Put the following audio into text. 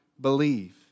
believe